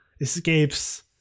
escapes